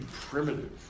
primitive